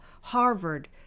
Harvard